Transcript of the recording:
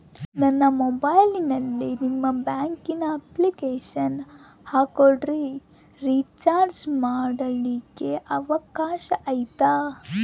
ನಾನು ಮೊಬೈಲಿನಲ್ಲಿ ನಿಮ್ಮ ಬ್ಯಾಂಕಿನ ಅಪ್ಲಿಕೇಶನ್ ಹಾಕೊಂಡ್ರೆ ರೇಚಾರ್ಜ್ ಮಾಡ್ಕೊಳಿಕ್ಕೇ ಅವಕಾಶ ಐತಾ?